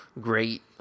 great